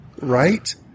Right